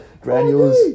granules